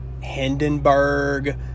Hindenburg